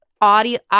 audio